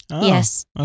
Yes